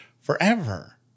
forever